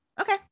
Okay